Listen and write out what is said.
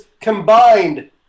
combined